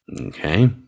Okay